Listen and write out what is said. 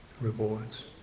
rewards